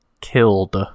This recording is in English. Killed